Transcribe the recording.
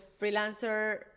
freelancer